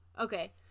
okay